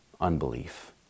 unbelief